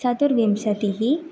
चतुर्विंशतिः